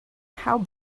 how